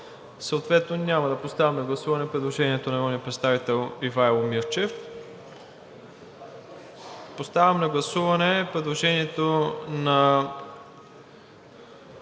Съответно няма да поставям на гласуване предложението на народния представител Ивайло Мирчев. Подлагам на гласуване предложението на